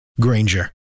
Granger